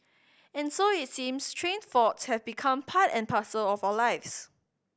and so it seems train faults have become part and parcel of our lives